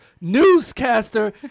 Newscaster